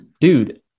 dude